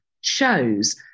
shows